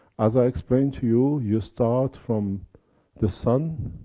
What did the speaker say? as i explained to you, you start from the sun.